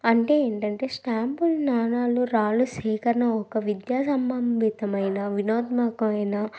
అంటే ఏంటంటే స్టాంపులు నాణాలు రాళ్ళు సేకరణ ఒక విద్యా సంబంధితమైన వినోదాత్మకమైన